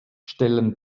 stellen